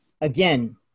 Again